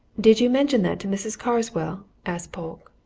did you mention that to mrs. carswell? asked polke.